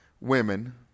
women